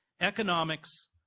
economics